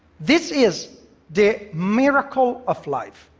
this is the miracle of life.